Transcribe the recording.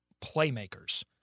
playmakers